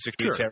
Sure